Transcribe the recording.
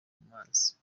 mazi